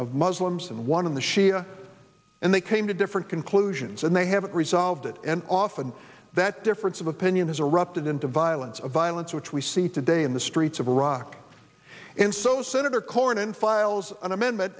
of muslims and one in the shia and they came to different conclusions and they haven't resolved it and often that difference of opinion has erupted into violence of violence which we see today in the streets of iraq and so senator cornin files an amendment